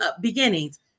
beginnings